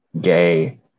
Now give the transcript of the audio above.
gay